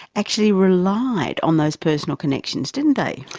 actually relied on those personal connections, didn't they?